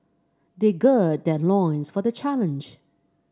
they gird their loins for the challenge